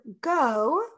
go